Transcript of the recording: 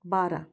बारह